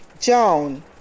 Joan